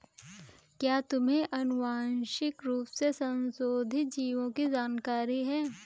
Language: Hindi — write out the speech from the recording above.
क्या तुम्हें आनुवंशिक रूप से संशोधित जीवों की जानकारी है?